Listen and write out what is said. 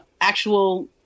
actual